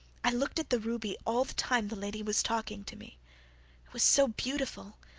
i looked at the ruby all the time the lady was talking to me it was so beautiful!